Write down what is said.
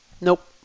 Nope